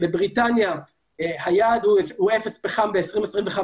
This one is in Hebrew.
בבריטניה היעד הוא אפס פחם ב-2025,